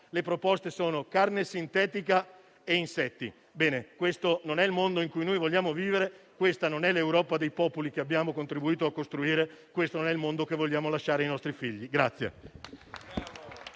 del clima sono carne sintetica e insetti. Questo non è il mondo in cui vogliamo vivere; questa non è l'Europa dei popoli che abbiamo contribuito a costruire; questo non è il mondo che vogliamo lasciare ai nostri figli.